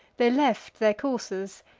they left their coursers,